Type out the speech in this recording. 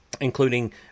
including